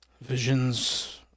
Visions